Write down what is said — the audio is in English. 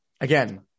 again